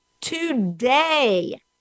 today